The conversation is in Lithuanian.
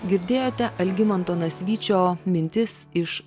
girdėjote algimanto nasvyčio mintis iš